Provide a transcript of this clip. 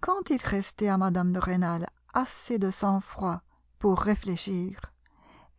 quand il restait à mme de rênal assez de sang-froid pour réfléchir